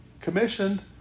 commissioned